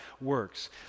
works